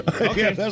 Okay